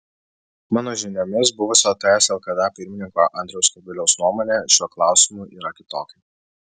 mano žiniomis buvusio ts lkd pirmininko andriaus kubiliaus nuomonė šiuo klausimu yra kitokia